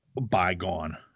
bygone